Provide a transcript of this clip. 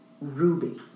Ruby